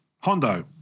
Hondo